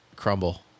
crumble